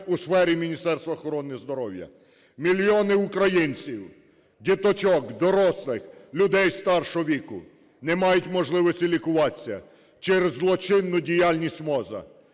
у сфері Міністерства охорони здоров'я. Мільйони українців - діточок, дорослих, людей старшого віку - не мають можливості через злочинну діяльність МОЗу.